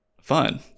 fun